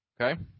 Okay